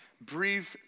breathe